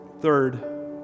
third